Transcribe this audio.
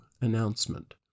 announcement